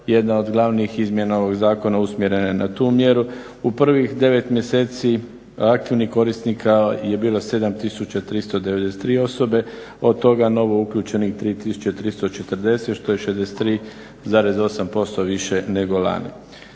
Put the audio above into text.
Jedna od glavnih izmjena ovog zakona usmjerena je na tu mjeru. U prvih 9 mjeseci aktivnih korisnika je bila 7393 osobe, od toga novouključenih 3340 što je 63,8% više nego lani.